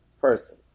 person